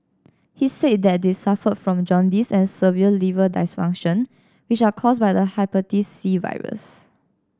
he said that they suffered from jaundice and severe liver dysfunction which are caused by the Hepatitis C virus